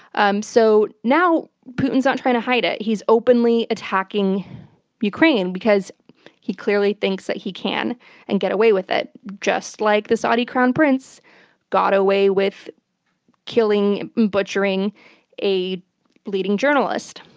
um so now putin's not trying to hide it he's openly attacking ukraine, because he clearly thinks that he can and get away with it, just like the saudi crown prince got away with killing butchering a leading journalist.